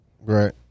right